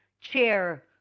chair